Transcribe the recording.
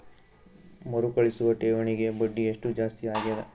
ಮರುಕಳಿಸುವ ಠೇವಣಿಗೆ ಬಡ್ಡಿ ಎಷ್ಟ ಜಾಸ್ತಿ ಆಗೆದ?